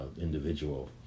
individual